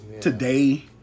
today